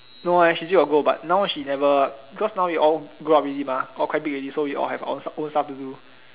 no eh she still got go but now she never because now we all grow up already mah all quite big already all have our own stuff to do